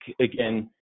again